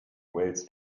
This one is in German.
wales